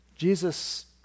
Jesus